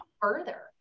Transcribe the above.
further